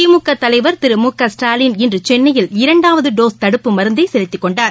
திமுகதலைவர் திரு மு க ஸ்டாலின் இன்றுசென்னையில் இரண்டாவதுடோஸ் தடுப்பு மருந்தைசெலுத்திக் கொண்டார்